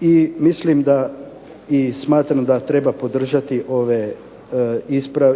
i mislim da i smatram da treba podržati ove